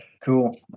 Cool